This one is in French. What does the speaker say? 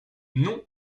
non